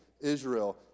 Israel